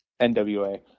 NWA